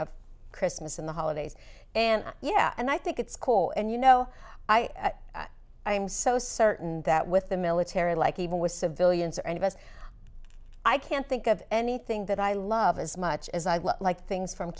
of christmas in the holidays and yeah and i think it's cool and you know i am so certain that with the military like even with civilians or any of us i can't think of anything that i love as much as i like things from